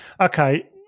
Okay